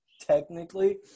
technically